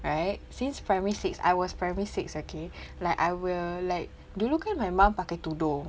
right since primary six I was primary six okay like I will like dulu kan my mum pakai tudung